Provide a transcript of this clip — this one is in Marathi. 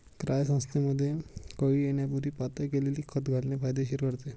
क्रायसॅन्थेमममध्ये कळी येण्यापूर्वी पातळ केलेले खत घालणे फायदेशीर ठरते